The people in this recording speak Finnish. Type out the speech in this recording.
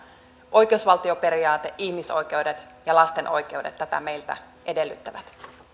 oikeusvaltioperiaate ihmisoikeudet ja lasten oikeudet tätä meiltä edellyttävät